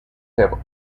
have